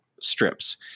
strips